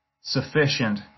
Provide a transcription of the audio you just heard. sufficient